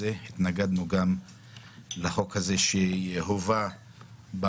מכיוון שאינני רואה כאן נציג של הסיעות שהציעו את